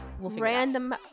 Random